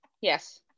Yes